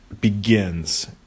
begins